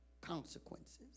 consequences